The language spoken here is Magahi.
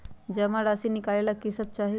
जमा राशि नकालेला कि सब चाहि?